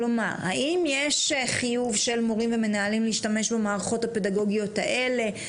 האם יש חיוב של מורים ומנהלים להשתמש במערכות הפדגוגיות האלה,